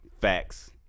Facts